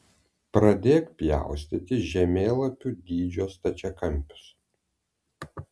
pradėk pjaustyti žemėlapių dydžio stačiakampius